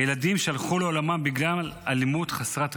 ילדים שהלכו לעולמם בגלל אלימות חסרת רסן.